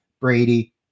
Brady